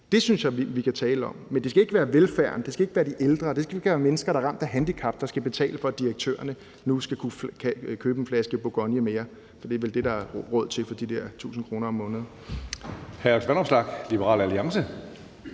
Det synes jeg vi kan tale om. Men det skal ikke være velfærden, det skal ikke være de ældre, og det skal ikke være mennesker, der er ramt af handicap, der skal betale for, at direktørerne nu kan købe en flaske Bourgogne mere. For det er vel det, der er råd til for de der 1.000 kr. om måneden.